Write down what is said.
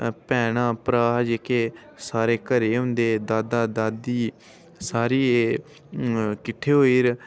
भैनां भ्राऽ जेह्के सारे घरै ई होंदे दादा दादी सारे एह् किट्ठे होइयै